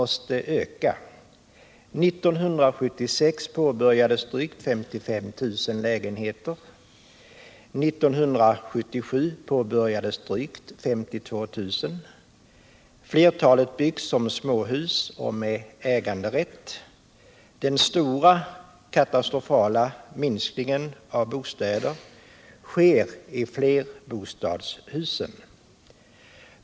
År 1976 påbörjades drygt 55 000 lägenheter och år 1977 påbörjades drygt 52 000. Flertalet av dem byggdes som småhus och med äganderätt. Den stora katastrofala minskningen av bostäder äger rum i flerbostadshusen.